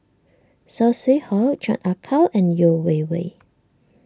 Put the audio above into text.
Saw Swee Hock Chan Ah Kow and Yeo Wei Wei